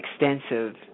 extensive